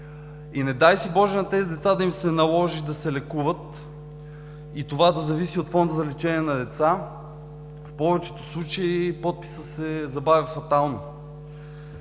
Не дай си, Боже, на тези деца да им се наложи да се лекуват, и това да зависи от Фонда за лечение на деца, в повечето случаи подписът се забавя фатално.